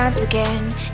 again